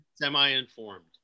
semi-informed